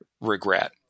regret